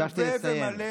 ביקשתי לסיים.